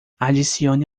adicione